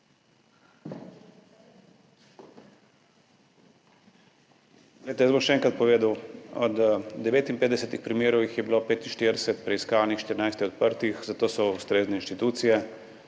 jaz bom še enkrat povedal, od 59 primerov jih je bilo 45 preiskanih, 14 je odprtih. Za to so ustrezne inštitucije.